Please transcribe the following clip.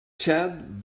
chad